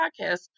podcast